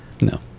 No